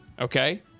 Okay